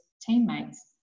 teammates